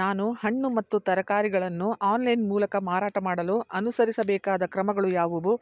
ನಾನು ಹಣ್ಣು ಮತ್ತು ತರಕಾರಿಗಳನ್ನು ಆನ್ಲೈನ ಮೂಲಕ ಮಾರಾಟ ಮಾಡಲು ಅನುಸರಿಸಬೇಕಾದ ಕ್ರಮಗಳು ಯಾವುವು